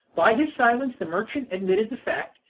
by his silence the merchant admitted the fact,